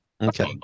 Okay